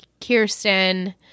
Kirsten